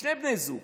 שני בני הזוג.